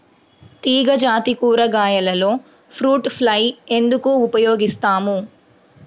తీగజాతి కూరగాయలలో fruit fly ఎందుకు ఉపయోగిస్తాము?